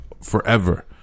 forever